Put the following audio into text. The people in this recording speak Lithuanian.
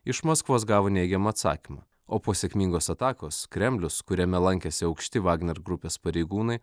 iš maskvos gavo neigiamą atsakymą o po sėkmingos atakos kremlius kuriame lankėsi aukšti vagner grupės pareigūnai